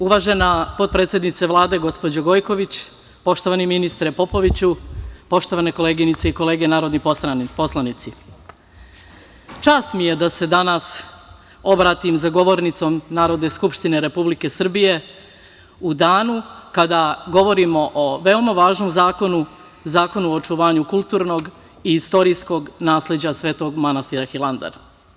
Uvažena potpredsednice Vlade, gospođo Gojković, poštovani ministre, Popoviću, poštovane koleginice i kolege narodni poslanici, čast mi je da se danas obratim za govornicom Narodne skupštine Republike Srbije u danu kada govorimo o veoma važnom zakonu, Zakonu o očuvanju kulturnog i istorijskog nasleđa Svetog manastira Hilandar.